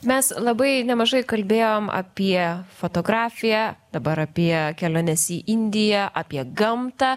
mes labai nemažai kalbėjom apie fotografiją dabar apie keliones į indiją apie gamtą